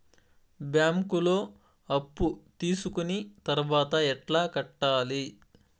బ్యాంకులో అప్పు తీసుకొని తర్వాత ఎట్లా కట్టాలి?